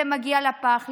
זה מגיע לפח.